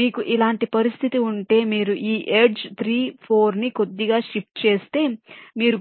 మీకు ఇలాంటి పరిస్థితి ఉంటే మీరు ఈ ఎడ్జ్ 3 4 ని కొద్దిగా షిఫ్ట్ చేస్తే మీరు